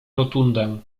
rotundę